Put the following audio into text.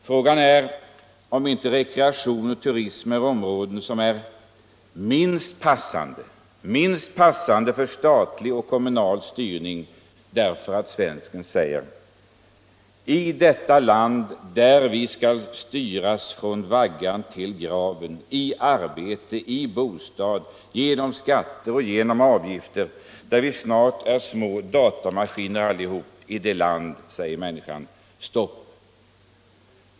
Frågan är om inte rekreation och turism tillhör de områden som är minst passande för statlig och kommunal styrning. I detta land där vi skall styras från vaggan till graven — i arbete, i bostad, genom skatter och avgifter, där vi snart är små datamaskiner allihop — säger människan stopp.